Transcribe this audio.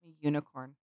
Unicorn